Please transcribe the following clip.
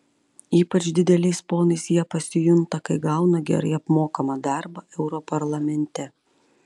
ypač dideliais ponais jie pasijunta kai gauna gerai apmokamą darbą europarlamente